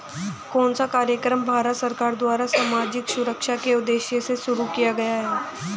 कौन सा कार्यक्रम भारत सरकार द्वारा सामाजिक सुरक्षा के उद्देश्य से शुरू किया गया है?